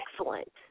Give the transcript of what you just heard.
excellent